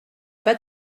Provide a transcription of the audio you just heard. pas